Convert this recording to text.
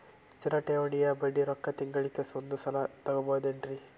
ಸ್ಥಿರ ಠೇವಣಿಯ ಬಡ್ಡಿ ರೊಕ್ಕ ತಿಂಗಳಿಗೆ ಒಂದು ಸಲ ತಗೊಬಹುದೆನ್ರಿ?